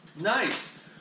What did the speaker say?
Nice